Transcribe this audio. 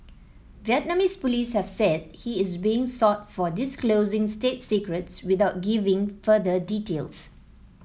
Vietnamese police have said he is being sought for disclosing state secrets without giving further details